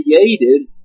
created